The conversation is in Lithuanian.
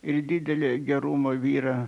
ir didelį gerumo vyrą